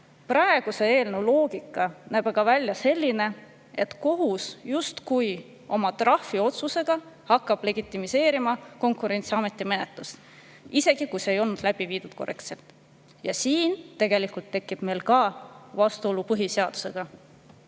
Praeguse eelnõu loogika näeb aga välja selline, et kohus justkui oma trahviotsusega hakkab legitimeerima Konkurentsiameti menetlust, isegi kui see ei olnud läbi viidud korrektselt. Ja siin tegelikult tekib meil ka vastuolu põhiseadusega.